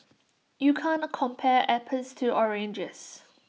you can't compare apples to oranges